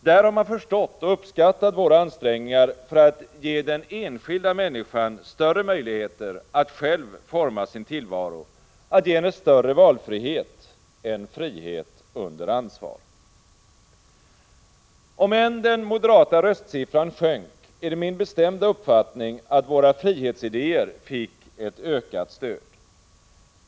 Där har man förstått och uppskattat våra ansträngningar för att ge den enskilda människan större möjligheter att själv forma sin tillvaro, att ge henne större valfrihet, en frihet under ansvar. Om än den moderata röstsiffran sjönk, är det min bestämda uppfattning att våra frihetsidéer fick ett ökat stöd.